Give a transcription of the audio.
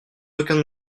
aucun